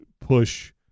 push